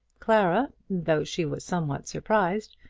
clara, though she was somewhat surprised,